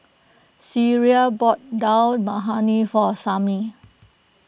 Sierra bought Dal Makhani for Samie